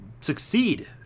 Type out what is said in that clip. succeed